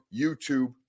YouTube